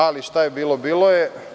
Ali, šta je bilo, bilo je.